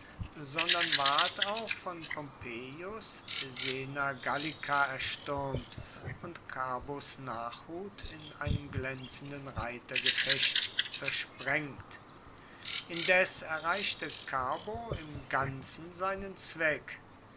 sondern ward auch von pompeius sena gallica erstürmt und carbos nachhut in einem glänzenden reitergefecht zersprengt indes erreichte carbo im ganzen seinen zweck